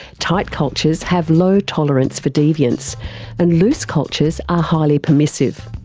tight cultures have low tolerance for deviance and loose cultures are highly permissive.